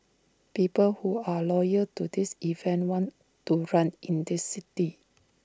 people who are loyal to this event want to run in the city